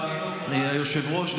אדוני היושב-ראש,